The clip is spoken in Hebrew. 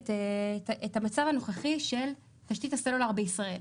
את המצב הנוכחי של תשתית הסלולר בישראל.